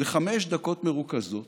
לחמש דקות מרוכזות,